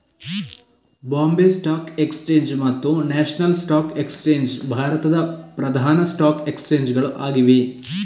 Bombay stock exchange ಮತ್ತು national stock exchange ಭಾರತದ ಪ್ರಧಾನ ಸ್ಟಾಕ್ ಎಕ್ಸ್ಚೇಂಜ್ ಗಳು ಆಗಿವೆ